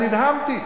אני נדהמתי.